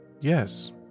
Yes